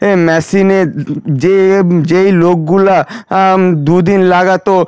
এ মেশিনের যে যেই লোকগুলো দু দিন লাগাত